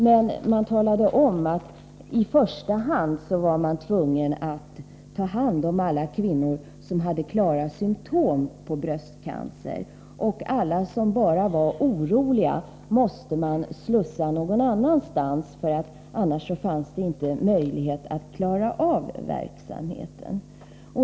Men man talade där om att man var tvungen att i första hand ta hand om alla kvinnor som hade klara symtom på bröstcancer. Alla de som bara var oroliga måste slussas någon annanstans, för annars skulle det inte finnas någon möjlighet att klara av verksamheten.